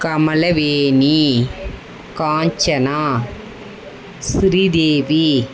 Kamalaveni Kanchana Sridevi